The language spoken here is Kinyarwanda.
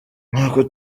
nuko